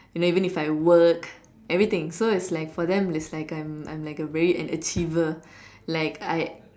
and even if I work everything so it's like for them is like I'm I'm like a very an achiever like I